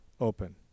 open